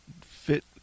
fit